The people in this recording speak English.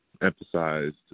emphasized